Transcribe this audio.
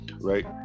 right